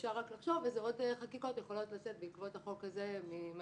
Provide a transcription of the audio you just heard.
אפשר רק לחשוב איזה עוד חקיקות יכולות לצאת בעקבות החוק הזה מהכנסת,